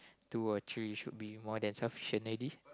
two or three should be more than sufficient already